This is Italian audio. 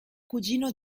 cugino